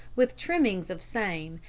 with trimming of same,